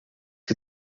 que